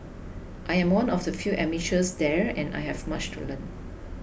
I am one of the few amateurs there and I have much to learn